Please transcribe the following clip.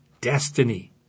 destiny